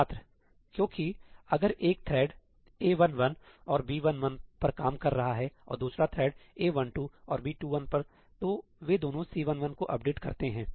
छात्र क्योंकि अगर एक थ्रेड A11 और B11 पर काम कर रहा है और दूसरा थ्रेड A12 और B21 पर तो वे दोनों C11 को अपडेट करते हैं